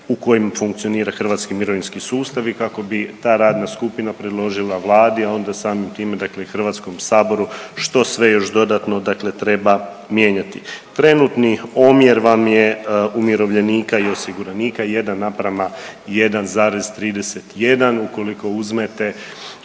u kojim funkcionira hrvatski mirovinski sustav i kako bi ta radna skupina predložila Vladi, a onda samim time dakle i HS-u što sve još dodatno dakle treba mijenjati. Trenutni omjer vam je umirovljenika i osiguranika 1:1,31. Ukoliko uzmete